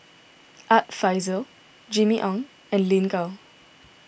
Art Fazil Jimmy Ong and Lin Gao